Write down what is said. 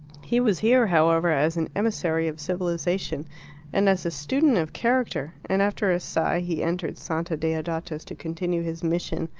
he was here, however, as an emissary of civilization and as a student of character, and, after a sigh, he entered santa deodata's to continue his mission.